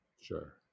Sure